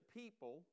people